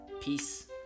Peace